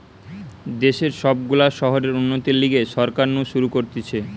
দেশের সব গুলা শহরের উন্নতির লিগে সরকার নু শুরু করতিছে